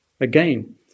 Again